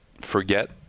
forget